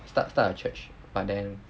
start start a church but then